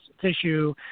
tissue